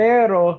Pero